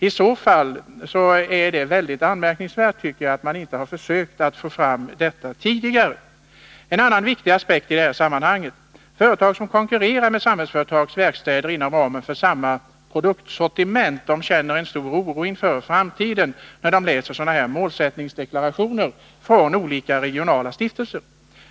I så fall är det mycket anmärkningsvärt att man inte försökt få fram det tidigare. En annan viktig aspekt i detta sammanhang: Företag som konkurrerar med Samhällsföretags verkstäder inom ramen för samma produktsortiment känner en stor oro för framtiden, när de läser sådana här målsättningsdeklarationer från olika regionala stiftelser.